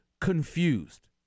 confused